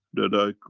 that i,